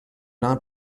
not